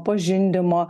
po žindymo